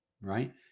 right